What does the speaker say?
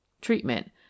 treatment